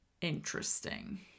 interesting